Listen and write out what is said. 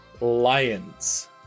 lions